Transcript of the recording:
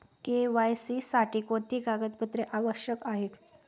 KYC साठी कोणती कागदपत्रे आवश्यक आहेत?